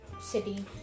city